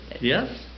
Yes